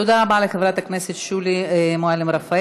תודה רבה לחברת הכנסת שולי מועלם-רפאלי.